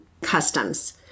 customs